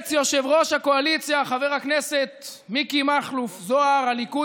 צייץ יושב-ראש הקואליציה חבר הכנסת מיקי מכלוף זוהר: "הליכוד